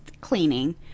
cleaning